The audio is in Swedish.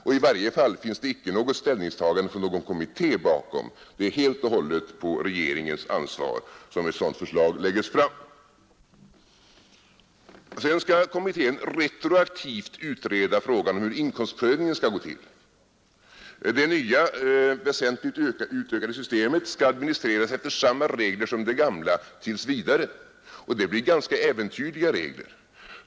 I varje fall finns det icke något ställningstagande från någon kommitté bakom detta. Det är helt och hållet på regeringens ansvar som ett sådant förslag läggs fram, Sedan skall kommittén retroaktivt utreda frågan om hur inkomstprövningen skall gå till. Det nya, väsentligt utökade systemet skall tills vidare administreras efter samma regler som det gamla. Och det blir ganska äventyrliga regler.